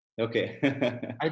Okay